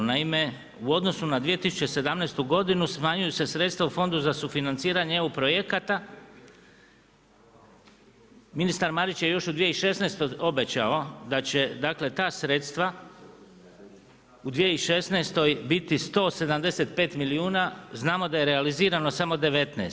Naime, u odnosu na 2017. godinu, smanjuju se sredstva u Fondu za sufinanciranje EU projekata, ministar Marić je još u 2016. obećao da će dakle ta sredstva u 2016. biti 175 milijuna, znamo da je realizirano samo 19.